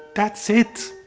that's it.